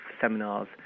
seminars